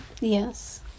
yes